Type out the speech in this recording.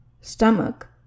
stomach